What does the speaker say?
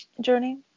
Journey